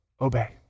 obey